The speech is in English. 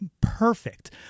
Perfect